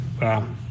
Wow